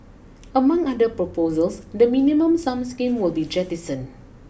among other proposals the Minimum Sum scheme will be jettisoned